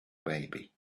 baby